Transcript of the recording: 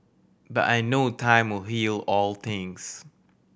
but I know time will heal all things